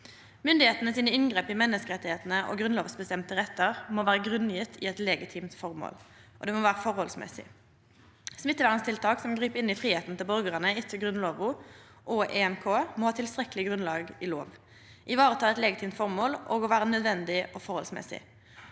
myndigheitene i menneskerettane og grunnlovsbestemde rettar må vera grunngjevne i eit legitimt formål, og dei må vera forholdsmessige. Smitteverntiltak som grip inn i fridomen til borgarane etter Grunnlova og EMK, må ha eit tilstrekkeleg grunnlag i lov, vareta eit legitimt formål og vera nødvendige og forholdsmessige.